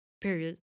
period